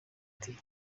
ati